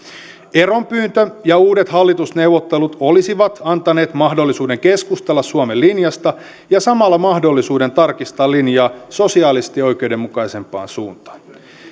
eronpyyntö ja uudet hallitusneuvottelut olisivat antaneet mahdollisuuden keskustella suomen linjasta ja samalla mahdollisuuden tarkistaa linjaa sosiaalisesti oikeudenmukaisempaan suuntaan